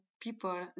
people